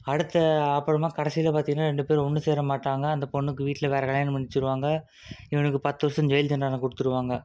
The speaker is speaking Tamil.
அடுத்து அப்புறமா கடைசியில் பார்த்தீங்கனா ரெண்டு பேரும் ஒண்று சேரமாட்டாங்க அந்த பொண்ணுக்கு வீட்டில் வேறு கல்யாணம் பண்ணி வச்சுடுவாங்க இவனுக்கு பத்து வருஷம் ஜெயில் தண்டனை கொடுத்துருவாங்க